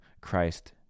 Christ